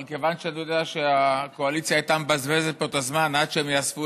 אבל כיוון שאני יודע שהקואליציה הייתה מבזבזת פה את הזמן עד שהם יאספו